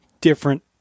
different